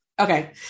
okay